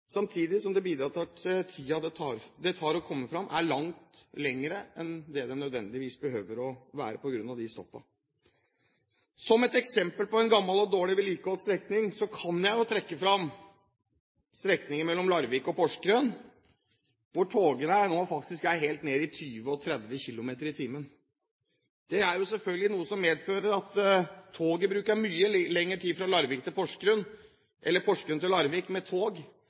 samtidig som det bidrar til at tiden det tar å komme fram, er langt lengre enn det den nødvendigvis behøver å være, på grunn av de stoppene. Som et eksempel på en gammel og dårlig vedlikeholdt strekning, kan jeg trekke fram strekningen mellom Larvik og Porsgrunn, hvor togene nå er helt nede i 20 og 30 km/t. Det er selvfølgelig noe som medfører at man bruker mye lengre tid fra Porsgrunn til Larvik med tog enn det man gjør med